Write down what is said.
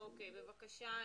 בבקשה,